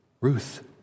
Ruth